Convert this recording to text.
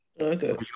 Okay